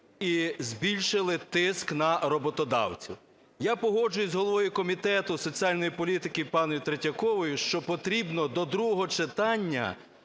і збільшили тиск на роботодавців. Я погоджуюся з головою Комітету соціальної політики пані Третьяковою, що потрібно до другого читання